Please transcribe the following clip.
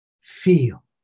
feel